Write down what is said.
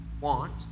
want